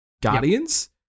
guardians